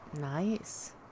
nice